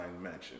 Mansion